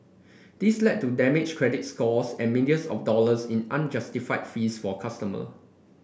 this led to damaged credit scores and millions of dollars in unjustified fees for customer